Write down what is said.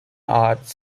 arts